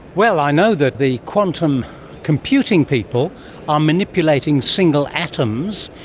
well, i know that the quantum computing people are manipulating single atoms,